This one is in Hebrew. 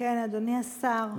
אדוני השר,